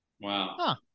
Wow